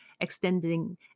extending